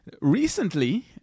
Recently